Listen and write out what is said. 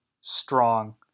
strong